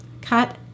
Cut